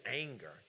anger